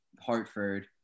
Hartford